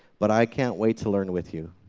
but i can't wait to learn with you.